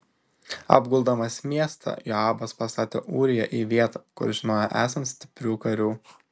apguldamas miestą joabas pastatė ūriją į vietą kur žinojo esant stiprių karių